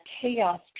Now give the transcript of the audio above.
chaos